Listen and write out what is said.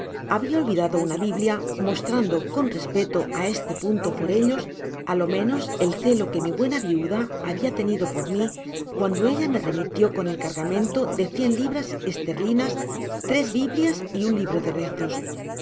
habia olvidado ana biblia mostrando con respecto á este punto por ellos á lo menos el celo que mi buena viuda habia tenido por mi cuando ella me remitió con el cargamento de cien libras esterlinas tres biblias y un libro de rezos de